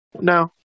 No